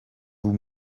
vous